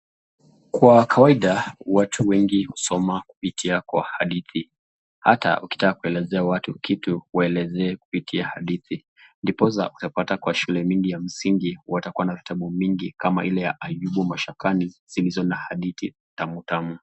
Kwa kawaida watu wengi husoma kupitia hadithi. Hata ukitaka kuelezea watu kitu waeleze kupitia hadithi. Ndiposa kwa shule mingi ya msingi watakua na vitabu mingi kama ile ya Ayubu mashakani zilizo na hadithi tamu tamu.